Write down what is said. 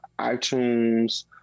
iTunes